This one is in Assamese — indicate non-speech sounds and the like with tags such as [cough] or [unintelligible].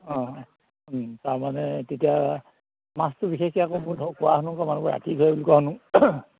অঁ তাৰমানে তেতিয়া মাছটো বিশেষকৈ আকৌ [unintelligible] কোৱা শুনো [unintelligible] ৰাতি ধৰে বুলি কোৱা শুনো